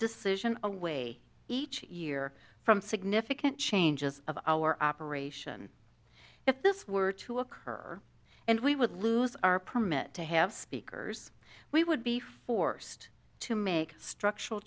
decision away each year from significant changes of our operation if this were to occur and we would lose our permit to have speakers we would be forced to make structural